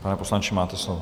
Pane poslanče, máte slovo.